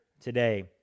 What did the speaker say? today